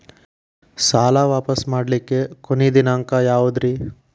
ಸಾಲಾ ವಾಪಸ್ ಮಾಡ್ಲಿಕ್ಕೆ ಕೊನಿ ದಿನಾಂಕ ಯಾವುದ್ರಿ?